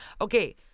okay